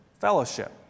fellowship